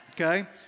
Okay